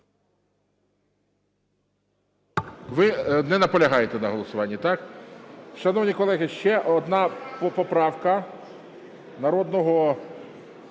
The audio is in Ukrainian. Ви не наполягаєте на голосуванні, так? Шановні колеги, ще одна поправка народного